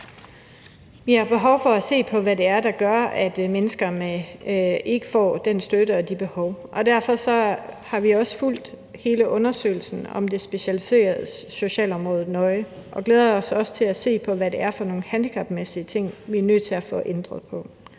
Vi har behov for at se på, hvad det er, der gør, at de mennesker ikke få den støtte i forhold til de behov, og derfor har vi også fulgt hele undersøgelsen om det specialiserede socialområde nøje og glæder os også til at se på, hvad det er for nogle handicapmæssige ting, vi er nødt til at få ændret på.